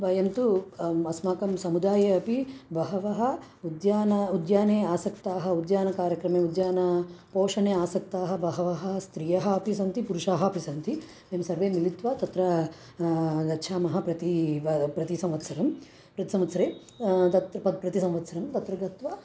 वयं तु अस्माकं समुदाये अपि बहवः उद्याने उद्याने आसक्ताः उद्यानकार्यक्रमे उद्यान पोषणे आसक्ताः बह्व्यः स्रियः अपि सन्ति पुरुषाः अपि सन्ति वयं सर्वे मिलित्वा तत्र गच्छामः प्रति व प्रतिसम्वत्सरं प्रतिसंवत्सरे तत् प्रतिसम्वत्सरं तत्र गत्वा